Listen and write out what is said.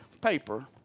paper